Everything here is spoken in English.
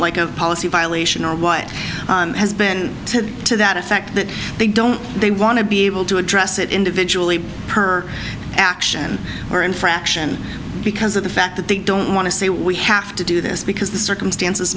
like a policy violation or what has been to that effect that they don't they want to be able to address it individually per action or infraction because of the fact that they don't want to say we have to do this because the circumstances